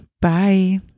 bye